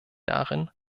darin